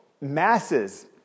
Masses